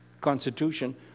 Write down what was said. constitution